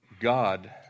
God